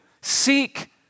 Seek